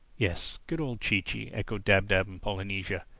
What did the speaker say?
yes good old chee-chee! echoed dab-dab and polynesia.